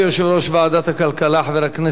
חבר הכנסת כרמל שאמה-הכהן.